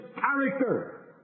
character